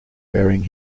bearing